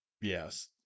Yes